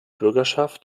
bürgerschaft